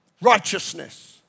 Righteousness